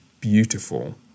beautiful